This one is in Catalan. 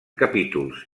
capítols